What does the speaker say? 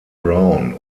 brown